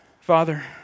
Father